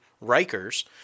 Riker's